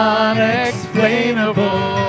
unexplainable